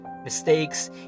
Mistakes